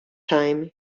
time